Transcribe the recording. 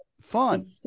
Fun